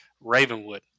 Ravenwood